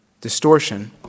distortion